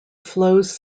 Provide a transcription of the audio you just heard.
flows